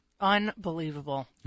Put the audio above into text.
Unbelievable